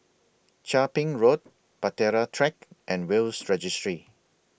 Chia Ping Road Bahtera Track and Will's Registry